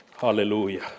Hallelujah